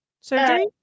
surgery